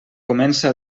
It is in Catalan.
comença